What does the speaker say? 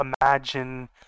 imagine